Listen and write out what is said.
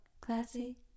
Classy